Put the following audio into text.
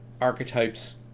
archetypes